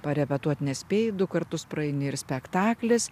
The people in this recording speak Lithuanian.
parepetuot nespėji du kartus praeini ir spektaklis